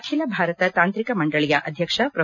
ಅಖಿಲ ಭಾರತ ತಾಂತ್ರಿಕ ಮಂಡಳಿಯ ಅಧ್ಯಕ್ಷ ಪ್ರೊ